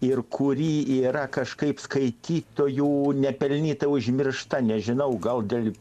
ir kuri yra kažkaip skaitytojų nepelnytai užmiršta nežinau gal dėl